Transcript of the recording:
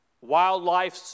wildlife